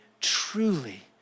truly